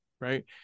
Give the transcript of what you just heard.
right